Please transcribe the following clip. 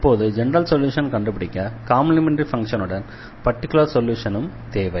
இப்போது ஜெனரல் சொல்யூஷனை கண்டுபிடிக்க காம்ப்ளிமெண்டரி ஃபங்ஷனுடன் பர்டிகுலர் சொல்யூஷனும் தேவை